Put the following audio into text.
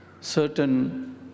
certain